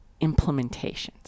implementations